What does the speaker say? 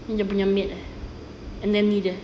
ni dia punya maid eh nanny dia